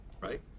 right